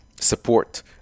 support